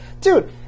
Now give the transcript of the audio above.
dude